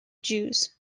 jews